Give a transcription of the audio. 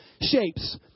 shapes